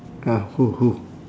uh who who